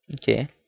Okay